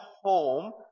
home